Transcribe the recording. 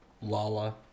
Lala